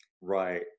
Right